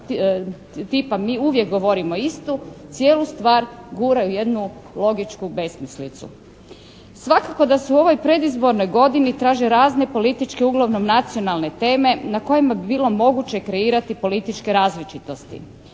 tipa mi uvijek govorimo istu, cijelu stvar gura u jednu logičku besmislicu. Svakako da se u ovoj predizbornoj godini traže razne političke uglavnom nacionalne teme na kojima bi bilo moguće kreirati političke različitosti.